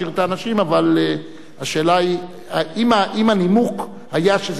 אבל השאלה היא: אם הנימוק היה שזאת קרקע פרטית